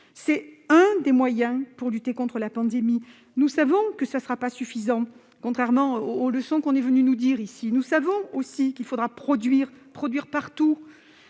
l'un des moyens pour lutter contre la pandémie. Nous savons qu'il ne sera pas suffisant, contrairement aux leçons que l'on est venu nous faire ici. Nous savons aussi qu'il faudra produire des vaccins partout